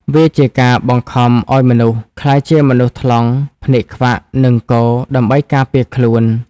វាជាការបង្ខំឱ្យមនុស្សក្លាយជាមនុស្សថ្លង់ ភ្នែកខ្វាក់ និងគ ដើម្បីការពារខ្លួន។